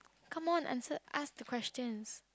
come on answer ask the questions